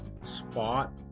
spot